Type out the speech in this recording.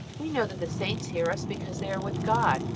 we know that the saints hear us, because they are with god,